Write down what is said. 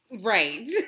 Right